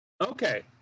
Okay